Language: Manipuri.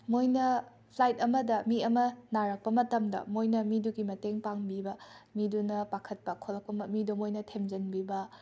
ꯃꯣꯏꯅ ꯐ꯭ꯂꯥꯏꯠ ꯑꯃꯗ ꯃꯤ ꯑꯃ ꯅꯥꯔꯛꯄ ꯃꯇꯝꯗ ꯃꯣꯏꯅ ꯃꯤꯗꯨꯒꯤ ꯃꯇꯦꯡ ꯄꯥꯡꯕꯤꯕ ꯃꯤꯗꯨꯅ ꯄꯥꯈꯠꯄ ꯈꯣꯠꯂꯛꯄ ꯃ ꯃꯤꯗꯣ ꯃꯣꯏꯅ ꯊꯦꯝꯖꯤꯟꯕꯤꯕ